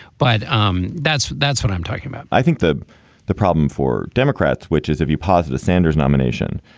but um that's that's what i'm talking about i think the the problem for democrats, which is if you pause the sanders nomination,